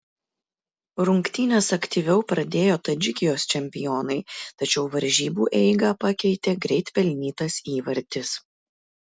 rungtynes aktyviau pradėjo tadžikijos čempionai tačiau varžybų eigą pakeitė greit pelnytas įvartis